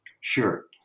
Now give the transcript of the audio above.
Sure